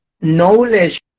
knowledge